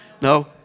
No